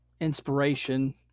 inspiration